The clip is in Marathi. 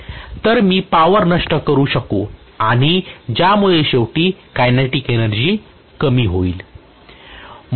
तर मी ही पावर नष्ट करू शकू आणि ज्यामुळे शेवटी कायनेटिक एनर्जी कमी होईल